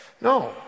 No